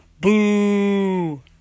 Boo